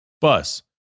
bus